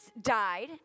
died